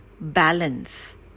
balance